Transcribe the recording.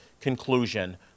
conclusion